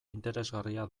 interesgarria